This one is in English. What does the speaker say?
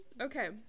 Okay